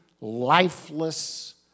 lifeless